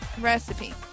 recipe